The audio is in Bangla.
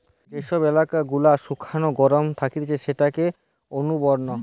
যে সব এলাকা গুলা শুকনো গরম থাকছে সেটা অনুর্বর